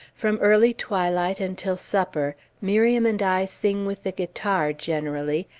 from early twilight until supper, miriam and i sing with the guitar, generally,